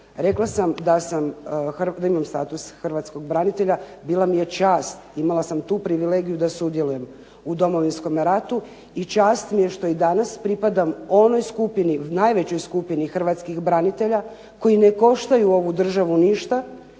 da sam, da imam status hrvatskog branitelja, bila mi je čast, imala sam tu privilegiju da sudjelujem u Domovinskome ratu i čast mi je što i danas pripadam onoj skupini, najvećoj skupini hrvatskih branitelja koji ne koštaju ovu državu ništa,